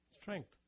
Strength